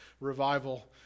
revival